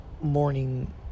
morning